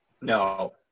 no